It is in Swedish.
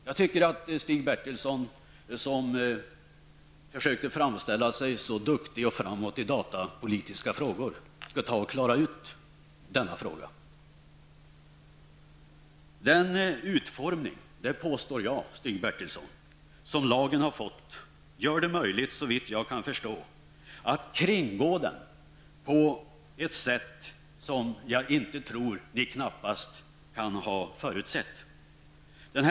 Jag tycker att Stig Bertilsson, som försökte framställa sig som så duktig och framåt i datapolitiska frågor, borde klara ut denna fråga. Jag påstår, Stig Bertilsson, att den utformning som lagen har fått gör det möjligt, såvitt jag kan förstå, att kringgå den på ett sätt som jag tror att ni knappast kan ha förutsett er.